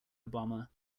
obama